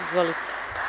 Izvolite.